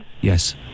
Yes